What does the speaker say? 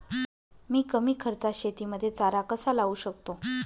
मी कमी खर्चात शेतीमध्ये चारा कसा लावू शकतो?